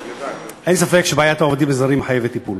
אין ספק שבעיית העובדים הזרים מחייבת טיפול.